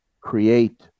create